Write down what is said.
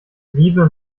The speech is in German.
liebe